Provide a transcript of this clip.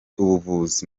ubuvuzi